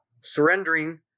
surrendering